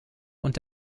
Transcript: und